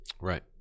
right